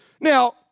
Now